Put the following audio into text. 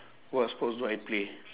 what sports do I play